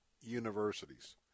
universities